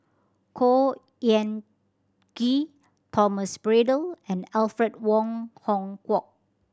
Khor Ean Ghee Thomas Braddell and Alfred Wong Hong Kwok